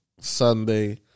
Sunday